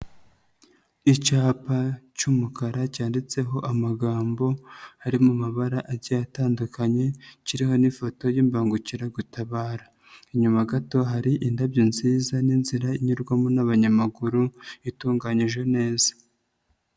Icyapa cy'umukara cyanditseho amagambo ari mu mabara agiye atandukanye, kiriho n'ifoto y'imbangukiragutabara inyuma gato hari indabyo nziza n'inzira inyurwamo n'abanyamaguru itunganyije neza.